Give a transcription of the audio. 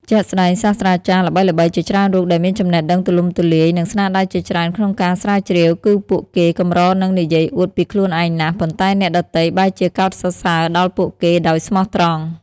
ជាក់ស្ដែងសាស្ត្រាចារ្យល្បីៗជាច្រើនរូបដែលមានចំណេះដឹងទូលំទូលាយ និងស្នាដៃជាច្រើនក្នុងការស្រាវជ្រាវ គឺពួកគេកម្រនឹងនិយាយអួតពីខ្លួនឯងណាស់ ប៉ុន្តែអ្នកដទៃបែរជាកោតសរសើរដល់ពួកគេដោយស្មោះត្រង់។